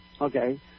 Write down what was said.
Okay